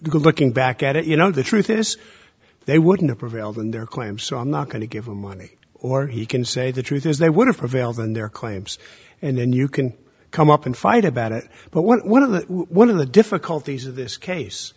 good looking back at it you know the truth is they wouldn't have prevailed in their claim so i'm not going to give him money or he can say the truth is they would have prevailed in their claims and then you can come up and fight about it but one of the one of the difficulties of this case